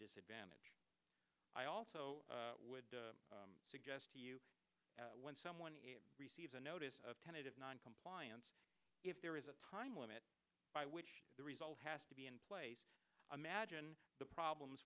disadvantage i also would suggest to you when someone receives a notice of tentative noncompliance if there is a time limit by which the result has to be in place imagine the problems